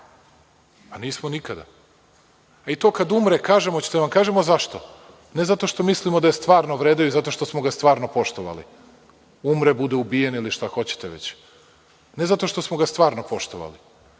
Nismo nikada. A i to kad umre kažemo, hoćete da vam kažem zašto. Ne zato što mislimo da je stvarno vredeo i zato što smo ga stvarno poštovali, umre, bude ubijen ili šta hoćete već, ne zato što smo ga stvarno poštovali